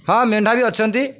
ହଁ ମେଣ୍ଢା ବି ଅଛନ୍ତି